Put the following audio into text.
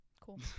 Cool